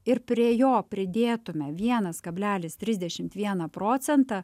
ir prie jo pridėtume vienas kablelis trisdešimt vieną procentą